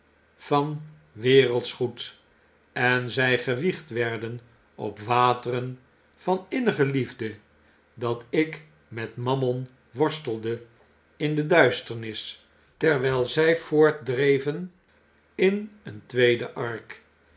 van wereldsch goed en zy gewiegd werden op wateren van innige liefde dat ik met mammon worstelde in de duisternis terwyl zy voortdreven in een tweede ark